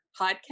podcast